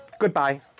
Goodbye